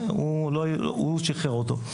והוא שיחרר אותו.